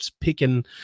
picking